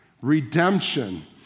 Redemption